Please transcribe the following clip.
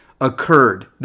occurred